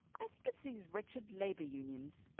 i think it's these wretched labour unions.